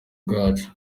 bwacu